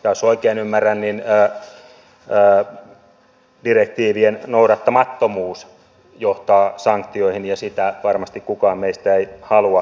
jos oikein ymmärrän niin direktiivien noudattamattomuus johtaa sanktioihin ja sitä varmasti kukaan meistä ei halua